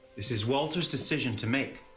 this is walter's decision to make.